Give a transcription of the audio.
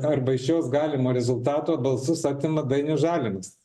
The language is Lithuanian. arba iš jos galimo rezultato balsus atima dainius žalimas